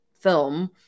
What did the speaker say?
film